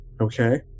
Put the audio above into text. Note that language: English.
Okay